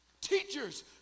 Teachers